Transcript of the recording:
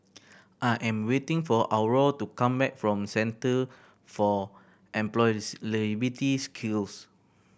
I am waiting for Aurore to come back from Centre for Skills